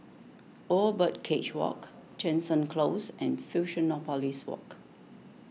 Old Birdcage Walk Jansen Close and Fusionopolis Walk